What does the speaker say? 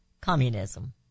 communism